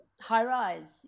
high-rise